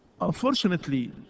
Unfortunately